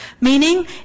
Meaning